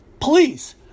Please